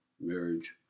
marriage